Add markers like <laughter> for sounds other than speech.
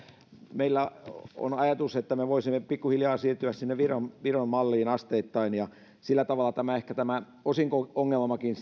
meillä on ajatus että me voisimme pikkuhiljaa siirtyä viron viron malliin asteittain ja sillä tavalla ehkä sitten ratkaistaisiin tämä osinko ongelmakin <unintelligible>